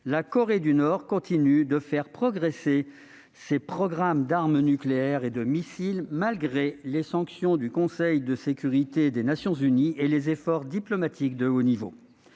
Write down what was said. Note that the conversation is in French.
la Corée du Nord continuait de faire progresser ses programmes d'armement nucléaire et de missiles malgré les sanctions du Conseil de sécurité des Nations unies et les efforts diplomatiques de haut niveau,